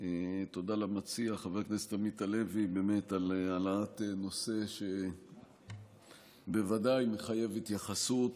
תודה למציע חבר הכנסת עמית הלוי על העלאת נושא שבוודאי מחייב התייחסות,